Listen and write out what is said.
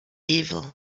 evil